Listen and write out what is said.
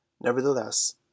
Nevertheless